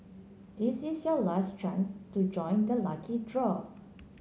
this is your last chance to join the lucky draw